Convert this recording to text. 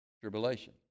tribulation